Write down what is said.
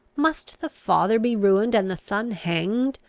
must the father be ruined, and the son hanged,